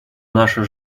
наша